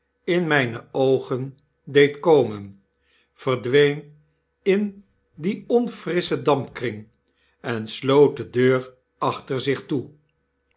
in mijne oogen deed komen verdween in dien onfrisschen dampkring en sloot de deur achter zich toe